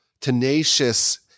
tenacious